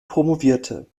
promovierte